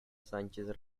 sánchez